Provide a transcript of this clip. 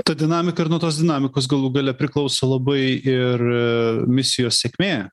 ta dinamika ir nuo tos dinamikos galų gale priklauso labai ir misijos sėkmė